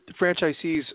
franchisees